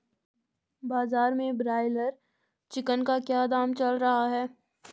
बाजार में broiler chicken का क्या दाम चल रहा है?